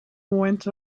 went